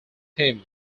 him